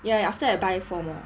ya ya after I buy four more